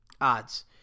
Odds